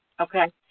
Okay